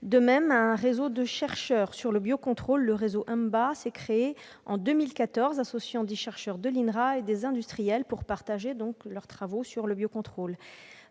De même, un réseau de chercheurs sur le biocontrôle, le « réseau EMBA », s'est créé en 2014 associant des chercheurs de l'INRA et des industriels pour partager leurs travaux sur le biocontrôle.